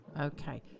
Okay